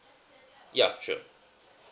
ya sure